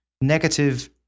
negative